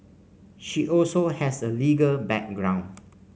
she also has a legal background